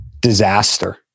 Disaster